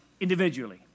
individually